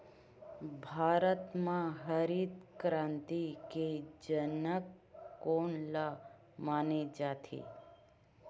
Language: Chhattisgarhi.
भारत मा हरित क्रांति के जनक कोन ला माने जाथे?